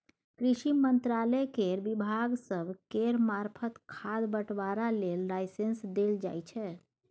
कृषि मंत्रालय केर विभाग सब केर मार्फत खाद बंटवारा लेल लाइसेंस देल जाइ छै